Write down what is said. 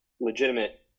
legitimate